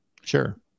sure